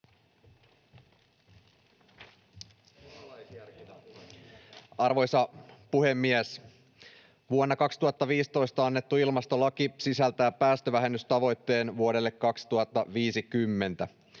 Arvoisa puhemies! Vuonna 2015 annettu ilmastolaki sisältää päästövähennystavoitteen vuodelle 2050.